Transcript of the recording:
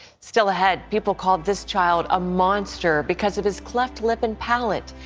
still ahead. people called this child a monster because of his cleft lip and palate.